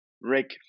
Rick